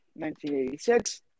1986